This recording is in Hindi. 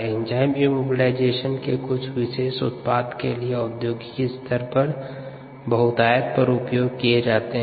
एंजाइम इमोबिलाइजेशन कुछ विशेष उत्पाद के लिए के लिए औद्योगिक स्तर पर बहुतायत में उपयोग किये जाते है